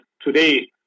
today